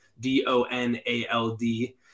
D-O-N-A-L-D